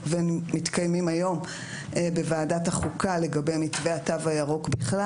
ומתקיימים היום בוועדת החוקה לגבי מתווה התו הירוק בכלל.